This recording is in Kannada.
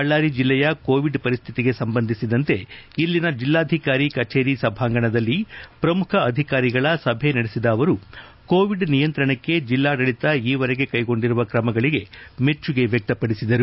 ಬಳ್ಳಾರಿ ಜಿಲ್ಲೆಯ ಕೋವಿಡ್ ಪರಿಸ್ನಿತಿಗೆ ಸಂಬಂಧಿಸಿದಂತೆ ಇಲ್ಲಿನ ಜಿಲ್ಲಾಧಿಕಾರಿ ಕಚೇರಿ ಸಭಾಂಗಣದಲ್ಲಿ ಪ್ರಮುಖ ಅಧಿಕಾರಿಗಳ ಸಭೆ ನಡೆಸಿದ ಅವರು ಕೋವಿಡ್ ನಿಯಂತ್ರಣಕ್ಕೆ ಜಿಲ್ಲಾಡಳಿತ ಈ ವರೆಗೆ ಕೈಗೊಂಡಿರುವ ಕ್ರಮಗಳಿಗೆ ಮೆಚ್ಚುಗೆ ವ್ಯಕ್ತಪಡಿಸಿದರು